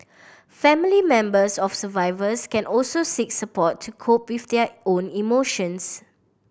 family members of survivors can also seek support to cope with their own emotions